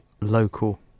local